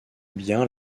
bien